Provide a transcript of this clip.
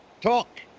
Talk